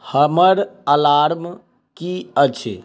हमर अलार्म की अछि